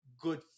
good